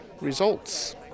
results